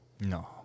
No